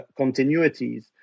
continuities